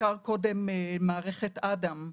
הוזכרה מערכת "אדם"